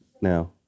now